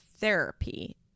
therapy